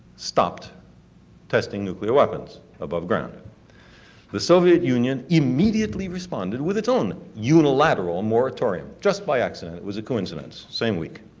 stopped testing nuclear weapons above ground. the soviet union immediately responded with its own unilateral moratorium, just by accident. it was a coincidence, same week.